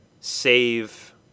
save